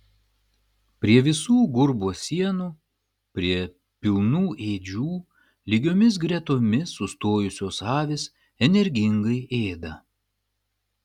prie visų gurbo sienų prie pilnų ėdžių lygiomis gretomis sustojusios avys energingai ėda